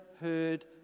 heard